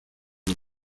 por